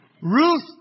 Ruth